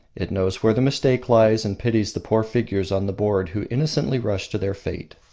it knows where the mistake lies, and pities the poor figures on the board who innocently rush to their fate.